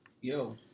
Yo